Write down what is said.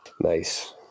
nice